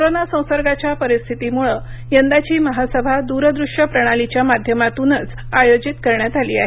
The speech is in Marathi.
कोरोना संसर्गाच्या परिस्थितीमुळं यंदाची महासभा दूर दृश्य प्रणालीच्या माध्यमातूनच आयोजित करण्यात आली आहे